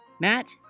Matt